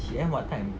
she end what time